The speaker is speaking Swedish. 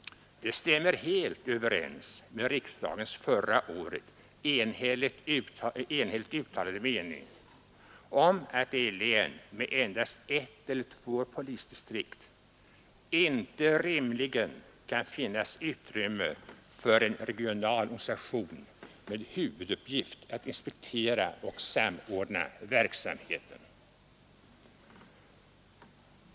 Detta stämmer helt med riksdagens förra året uttalade mening om att det i län med endast ett eller två polisdistrikt inte rimligen kan finnas utrymme för en regional organisation med huvuduppgift att inspektera och samordna verksamheten.